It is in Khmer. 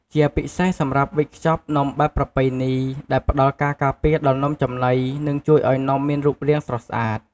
ជាពិសេសសម្រាប់វេចខ្ចប់នំបែបប្រពៃណី ដែលផ្តល់ការការពារដល់នំចំណី និងជួយឱ្យនំមានរូបរាងស្រស់ស្អាត។